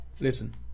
listen